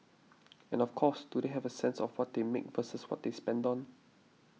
and of course do they have a sense of what they make versus what they spend on